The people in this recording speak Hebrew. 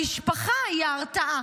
המשפחה היא ההרתעה,